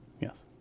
yes